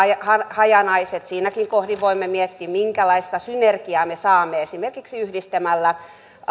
hajanaiset ja siinäkin kohdin voimme miettiä minkälaista synergiaa me saamme esimerkiksi yhdistämällä